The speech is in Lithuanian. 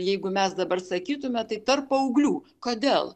jeigu mes dabar sakytume tai tarp paauglių kodėl